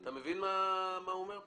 אתה מבין מה הוא אומר פה?